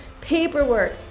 paperwork